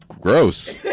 Gross